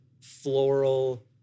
floral